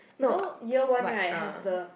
you know year one right has the